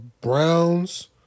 Browns